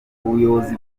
ubuyobozi